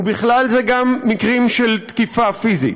ובכלל זה גםמקרים של תקיפה פיזית.